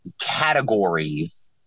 categories